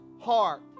heart